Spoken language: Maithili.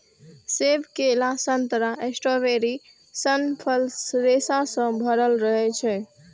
सेब, केला, संतरा, स्ट्रॉबेरी सन फल रेशा सं भरल रहै छै